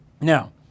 Now